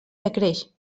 decreix